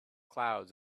clouds